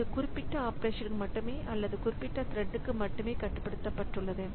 இது குறிப்பிட்ட ஆபரேஷன்க்கு மட்டுமே அல்லது குறிப்பிட்ட த்ரெட்க்கு மட்டுமே கட்டுப்படுத்தப்பட்டுள்ளது